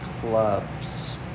clubs